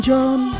John